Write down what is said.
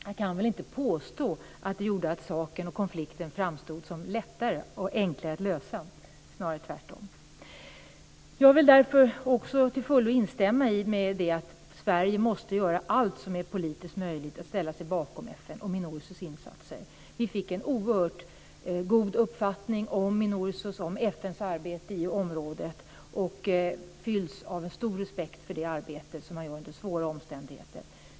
Jag kan väl inte påstå att det gjorde att konflikten framstod som lättare och enklare att lösa - snarare tvärtom. Därför vill jag också till fullo instämma i att Sverige måste göra allt som är politiskt möjligt för att ställa sig bakom FN och Minursos insatser. Vi fick en oerhört god uppfattning om Minursos och FN:s arbete i området. Vi fylldes av en stor respekt för det arbete som sker under svåra omständigheter.